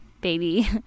baby